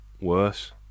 worse